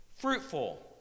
fruitful